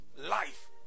life